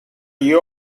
you